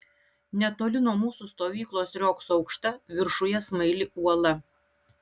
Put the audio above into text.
netoli nuo mūsų stovyklos riogso aukšta viršuje smaili uola